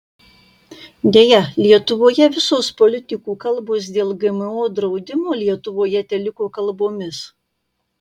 deja lietuvoje visos politikų kalbos dėl gmo draudimo lietuvoje teliko kalbomis